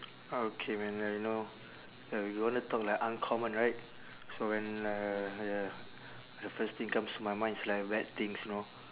okay when like you know uh you wanna talk like uncommon right so when uh ya the first thing comes to my mind is like bad things know